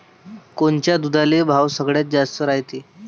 कोनच्या दुधाले भाव सगळ्यात जास्त रायते?